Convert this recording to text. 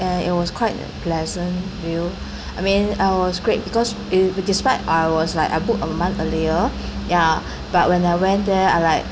and it was quite pleasant will I mean I was great because it despite I was like I book a month earlier ya but when I went there I like